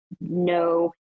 no